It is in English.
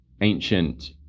ancient